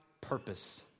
purpose